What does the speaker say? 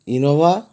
Innova